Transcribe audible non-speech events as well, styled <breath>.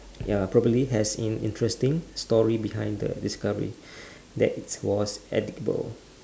ya probably has an interesting story behind the discovery <breath> that it was edible